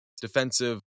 defensive